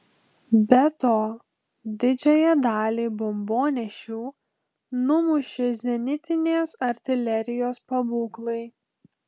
be to didžiąją dalį bombonešių numušė zenitinės artilerijos pabūklai